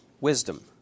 wisdom